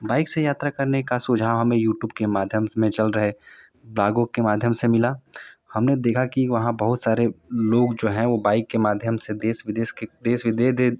bike की यात्रा करने का सुझाव हमें यूट्यूब के माध्यम से चल रहे ब्लागों के माध्यम से मिला हमने देखा कि वहाँ बहुत सारे लोग जो हैं वो बाइक के माध्यम से देश विदेश के देश बिदे